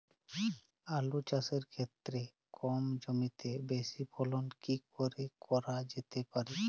আলু চাষের ক্ষেত্রে কম জমিতে বেশি ফলন কি করে করা যেতে পারে?